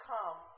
Come